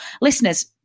listeners